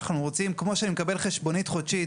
אנחנו רוצים כמו שאני מקבל חשבונית חודשית